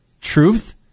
Truth